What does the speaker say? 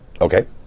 Okay